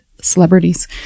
Celebrities